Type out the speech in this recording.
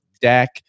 deck